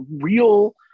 real